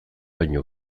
baino